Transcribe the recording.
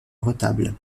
retable